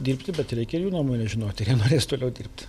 dirbti bet reikia ir jų nuomonę žinoti ar jie norės toliau dirbt